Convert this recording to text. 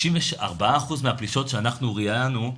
ב-64% מהפלישות שאנחנו ראיינו,